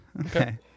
Okay